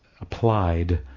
applied